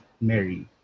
Mary